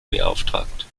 beauftragt